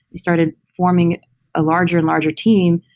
we started forming a larger and larger team.